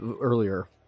earlier